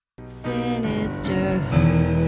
Sinisterhood